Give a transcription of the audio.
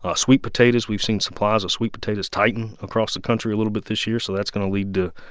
ah sweet potatoes we've seen supplies of sweet potatoes tighten across the country a little bit this year, so that's going to lead to,